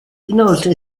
inoltre